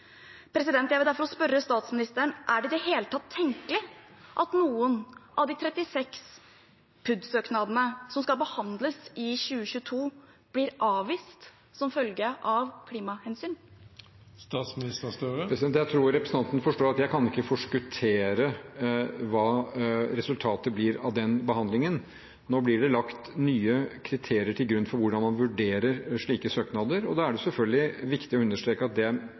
Jeg vil derfor spørre statsministeren: Er det i det hele tatt tenkelig at noen av de 36 PUD-søknadene som skal behandles i 2022, blir avvist som følge av klimahensyn? Jeg tror representanten forstår at jeg ikke kan forskuttere hva resultatet av den behandlingen blir. Nå blir det lagt nye kriterier til grunn for hvordan man vurderer slike søknader, og da er det selvfølgelig viktig å understreke at man mener alvor med det.